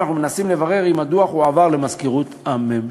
ואנחנו מנסים לברר אם הדוח הועבר למזכירות הממשלה.